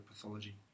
pathology